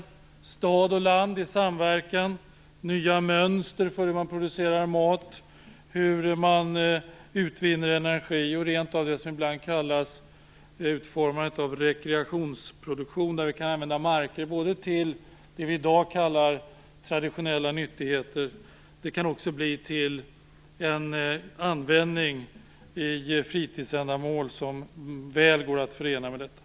Det innebär stad och land i samverkan, nya mönster för hur man producerar mat, hur man utvinner energi och rent av det som ibland kallas utformandet av rekreationsproduktion, där vi kan använda marker både till det som vi i dag kallar traditionella nyttigheter och till fritidsändamål som väl går att förena med detta.